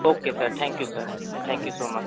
okay sir thank you sir thank you so much